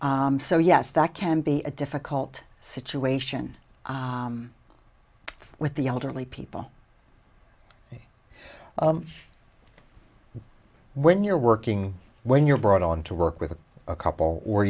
so yes that can be a difficult situation with the elderly people when you're working when you're brought on to work with a couple or